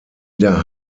der